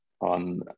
on